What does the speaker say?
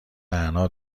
نعنا